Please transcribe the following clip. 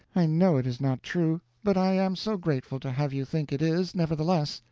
i know it is not true, but i am so grateful to have you think it is, nevertheless!